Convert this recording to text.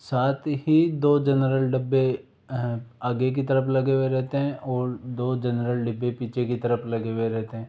साथ ही दो जनरल डब्बे आगे की तरफ़ लगे हुए रहते हैं और दो जनरल डिब्बे पीछे की तरफ़ लगे हुए रहते हैं